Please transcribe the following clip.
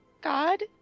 god